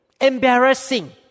embarrassing